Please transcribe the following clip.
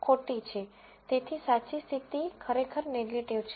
તેથી સાચી સ્થિતિ ખરેખર નેગેટીવ છે